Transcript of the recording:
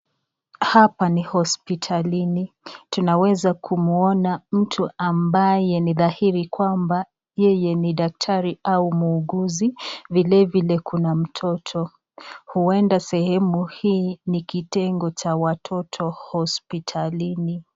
Hapa ni hospitalini, tunaweza kumuona mtu ambaye ni dhahiri kwamba yeye ni daktari au muuguzi, vile vile kuna mtoto, huenda sehemu hii ni kitengo cha watoto hospitalini.